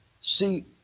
see